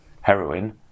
heroin